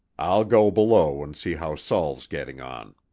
i'll go below and see how saul's getting on.